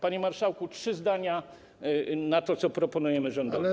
Panie marszałku, trzy zdania o tym, co proponujemy rządowi.